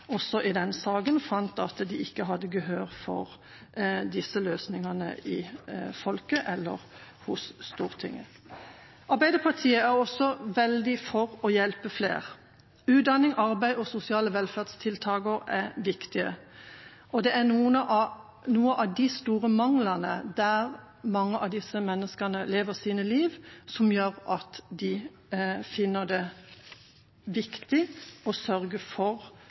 også i den saken fant at de ikke hadde gehør for disse løsningene i folket eller hos Stortinget. Arbeiderpartiet er også veldig for å hjelpe flere. Utdanning, arbeid og sosiale velferdstiltak er viktig. Det er noen av de store manglene der mange av disse menneskene lever sine liv, som gjør at de finner det viktig å sørge for